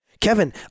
Kevin